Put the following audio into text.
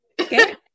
Okay